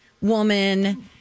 woman